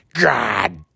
god